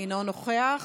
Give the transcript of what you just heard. אינו נוכח,